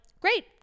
great